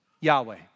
Yahweh